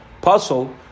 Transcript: puzzle